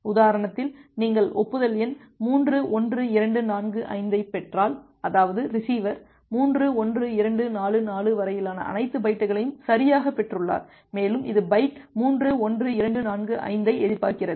உதாரணத்தில் நீங்கள் ஒப்புதல் எண் 3 1 2 4 5 ஐப் பெற்றால் அதாவது ரிசீவர் 3 1 2 4 4 வரையிலான அனைத்து பைட்டுகளையும் சரியாகப் பெற்றுள்ளார் மேலும் இது பைட் 3 1 2 4 5 ஐ எதிர்பார்க்கிறது